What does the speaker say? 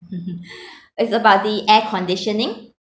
it's about the air conditioning